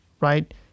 right